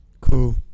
Cool